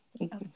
Okay